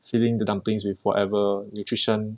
filling the dumplings with whatever nutrition